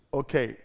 okay